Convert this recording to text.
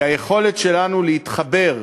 היא היכולת שלנו להתחבר,